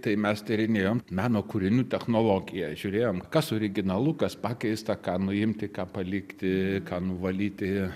tai mes tyrinėjom meno kūrinių technologiją žiūrėjom kas originalu kas pakeista ką nuimti ką palikti ką nuvalyti